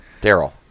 Daryl